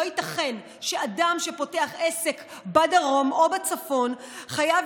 לא ייתכן שאדם שפותח עסק בדרום או בצפון חייב